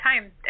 time